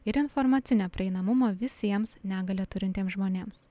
ir informacinio prieinamumo visiems negalią turintiems žmonėms